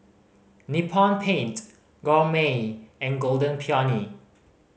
Nippon Paint Gourmet and Golden Peony